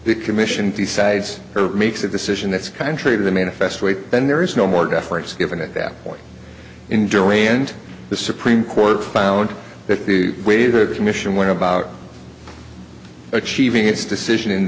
the commission decides who makes a decision that's contrary to the manifest weight then there is no more deference given at that point indure and the supreme court found that the way her commission went about achieving its decision in